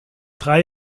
drei